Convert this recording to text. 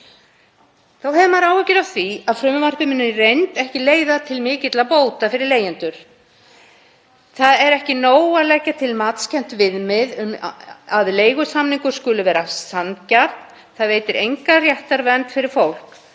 Þá hefur maður áhyggjur af því að frumvarpið muni í reynd ekki leiða til mikilla bóta fyrir leigjendur. Það er ekki nóg að leggja til matskennt viðmið um að leigusamningur skuli vera sanngjarn. Það veitir enga réttarvernd fyrir fólk,